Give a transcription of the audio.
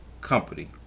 company